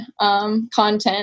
content